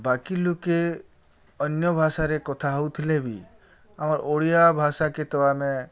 ବାକି ଲୋକେ ଅନ୍ୟ ଭାଷାରେ କଥା ହେଉଥିଲେ ବି ଆମର ଓଡ଼ିଆ ଭାଷାକେ ତ ଆମେ